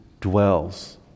dwells